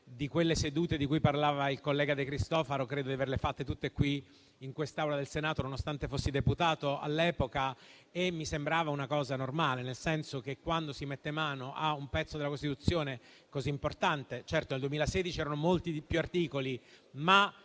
quelle sedute di cui parlava il collega De Cristofaro credo di averle fatte tutte qui, in quest'Aula del Senato, nonostante fossi deputato all'epoca e mi sembrava una cosa normale, quando si mette mano a un pezzo della Costituzione così importante. Certo, nel 2016 erano molti di più gli articoli; ma